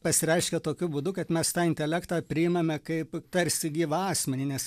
pasireiškia tokiu būdu kad mes tą intelektą priimame kaip tarsi gyvą asmenį nes